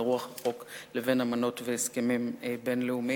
רוח החוק לבין אמנות והסכמים בין-לאומיים.